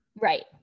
Right